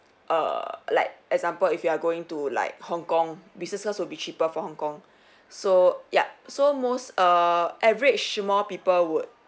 err like example if you are going to like hong kong business class would be cheaper for hong kong so yup so most err average more people would